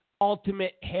ultimate